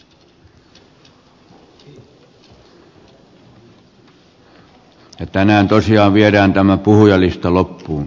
ja tänään tosiaan viedään tämä puhujalista loppuun